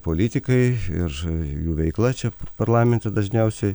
politikai ir jų veikla čia parlamente dažniausiai